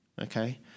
Okay